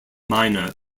minor